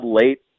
late